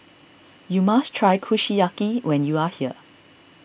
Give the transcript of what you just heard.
you must try Kushiyaki when you are here